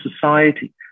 society